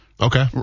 okay